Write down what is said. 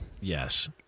Yes